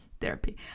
therapy